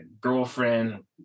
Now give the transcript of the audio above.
girlfriend